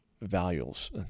values